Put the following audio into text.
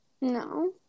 No